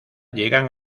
llegan